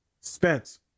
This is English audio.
Spence